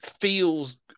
Feels